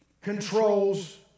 controls